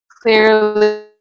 clearly